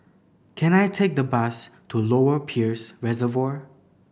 can I take the bus to Lower Peirce Reservoir